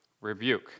rebuke